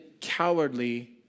cowardly